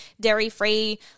dairy-free